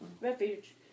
Refuge